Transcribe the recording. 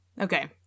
Okay